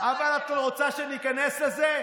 אבל את רוצה שניכנס לזה?